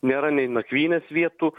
nėra nei nakvynės vietų